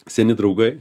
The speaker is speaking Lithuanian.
seni draugai